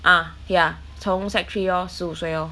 ah ya 从 secondary three orh 十五岁 lor